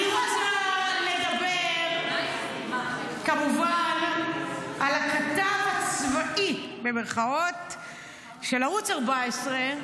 אני רוצה לדבר כמובן על "הכתב הצבאי" של ערוץ 14,